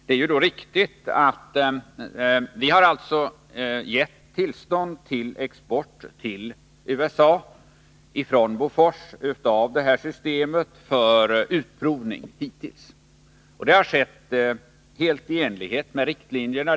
Vi har alltså hittills gett Bofors tillstånd att exportera det här systemet till USA i och för utprovning. Detta har skett helt i enlighet med riktlinjerna.